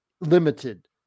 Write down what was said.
limited